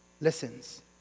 listens